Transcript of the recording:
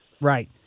Right